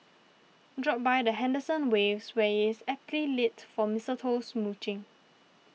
drop by the Henderson Waves where is aptly lit for mistletoe smooching